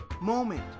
moment